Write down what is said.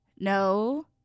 no